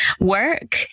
work